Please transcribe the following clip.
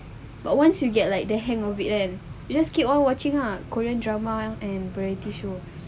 but once you get like the hang of it kan you just keep on watching lah korean drama and variety show